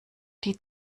die